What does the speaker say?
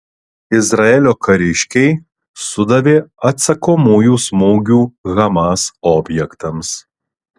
izraelio kariškiai sudavė atsakomųjų smūgių hamas objektams